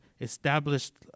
established